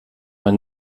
man